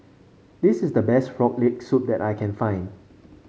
this is the best Frog Leg Soup that I can find